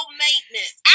maintenance